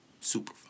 super